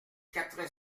quatre